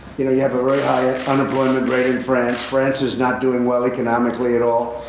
you know, you have a very high unemployment rate in france, france is not doing well economically at all.